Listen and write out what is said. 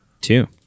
Two